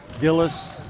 Gillis